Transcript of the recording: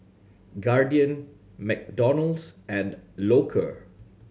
Guardian McDonald's and Loacker